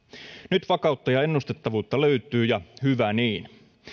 nyt vakautta ja ennustettavuutta löytyy ja hyvä niin